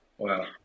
Wow